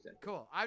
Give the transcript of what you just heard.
Cool